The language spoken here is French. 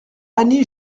annie